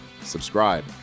subscribe